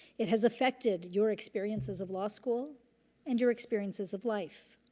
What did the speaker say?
it has affected your experiences of law school and your experiences of life.